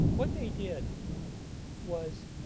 what they did was